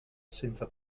senza